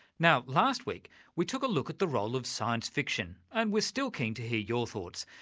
now last week we took a look at the role of science fiction, and we're still keen to hear your thoughts,